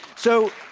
so,